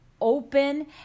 open